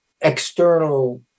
external